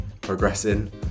progressing